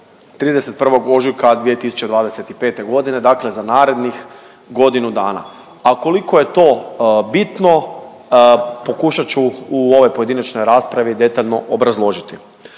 31. ožujka 2025.g., dakle za narednih godinu dana, a koliko je to bitno pokušat ću u ovoj pojedinačnoj raspravi detaljno obrazložiti.